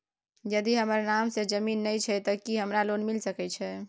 यदि हमर नाम से ज़मीन नय छै ते की हमरा लोन मिल सके छै?